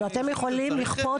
אתם יכולים לכפות?